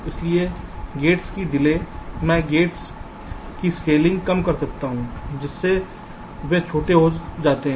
इसलिए गेट्स की डिले मैं गेट्स की स्केलिंग कम कर सकता हूं जिससे वे छोटे हो जाते हैं